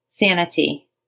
Sanity